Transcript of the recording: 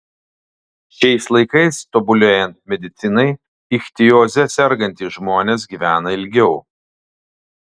šiais laikais tobulėjant medicinai ichtioze sergantys žmonės gyvena ilgiau